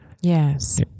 Yes